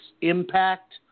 Impact